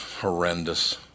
horrendous